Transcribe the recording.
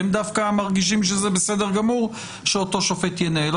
הם דווקא מרגישים שזה בסדר גמור שאותו שופט ינהל.